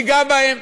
ייגע בהם.